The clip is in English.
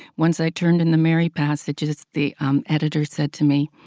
once i turned in the mary passages, the um editor said to me,